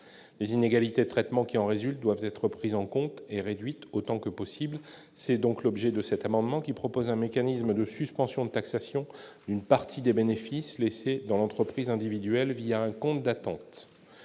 les inégalités, traitement qui en résultent, doivent être prises en compte et réduit autant que possible, c'est donc l'objet de cet amendement, qui propose un mécanisme de suspension de taxation, une partie des bénéfices dans l'entreprise individuelle via un compte d'attente,